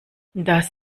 das